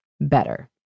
better